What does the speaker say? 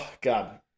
God